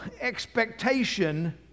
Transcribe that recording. expectation